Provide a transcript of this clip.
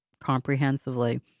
comprehensively